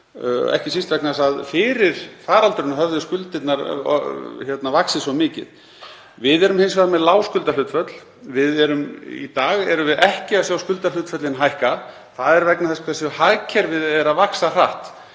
ekki síst vegna þess að fyrir faraldurinn höfðu skuldirnar vaxið svo mikið. Við erum hins vegar með lág skuldahlutföll. Í dag erum við ekki að sjá skuldahlutföllin hækka. Það er vegna þess hversu hratt hagkerfið er að vaxa.